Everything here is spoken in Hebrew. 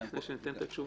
אני יכול לסיים את התשובה?